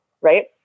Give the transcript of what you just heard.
right